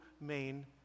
main